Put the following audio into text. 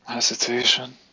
Hesitation